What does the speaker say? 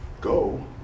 go